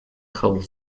coal